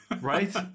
Right